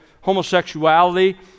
homosexuality